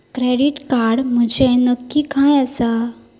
Credit card म्हंजे नक्की काय आसा?